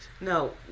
No